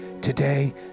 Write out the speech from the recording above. today